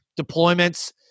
Deployments